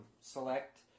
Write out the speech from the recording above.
select